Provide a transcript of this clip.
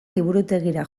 liburutegira